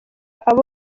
abo